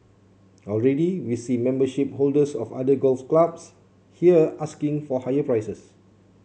already we see membership holders of other golf clubs here asking for higher prices